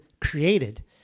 created